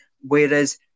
Whereas